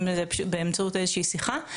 אם זה באמצעות שיחה.